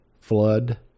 flood